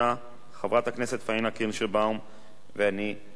חברת הכנסת פניה קירשנבאום ואני ו-27